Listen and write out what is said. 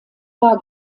war